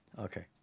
Okay